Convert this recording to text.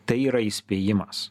tai yra įspėjimas